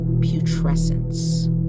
putrescence